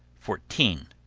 fourteen.